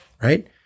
Right